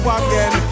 again